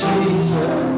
Jesus